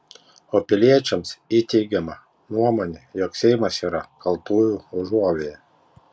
o piliečiams įteigiama nuomonė jog seimas yra kaltųjų užuovėja